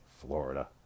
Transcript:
Florida